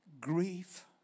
grief